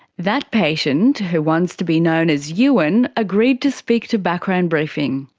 that patient, who wants to be known as ewan, agreed to speak to background briefing.